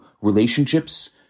relationships